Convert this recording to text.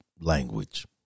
language